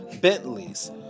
Bentleys